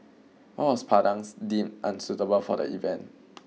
why was Padang's deemed unsuitable for the event